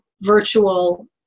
virtual